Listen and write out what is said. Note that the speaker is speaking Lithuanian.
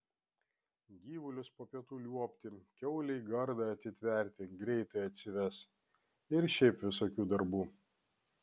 gyvulius po pietų liuobti kiaulei gardą atitverti greitai atsives ir šiaip visokių darbų